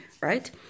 Right